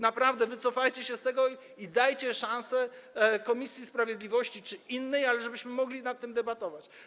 Naprawdę wycofajcie się z tego i dajcie szansę Komisji Sprawiedliwości lub innej, ażebyśmy mogli nad tym debatować.